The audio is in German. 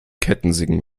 kettensägen